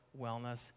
wellness